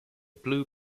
blue